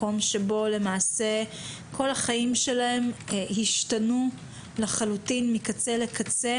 מקום שבו כל החיים שלהם השתנו לחלוטין מקצה לקצה